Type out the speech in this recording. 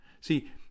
See